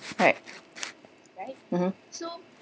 right mmhmm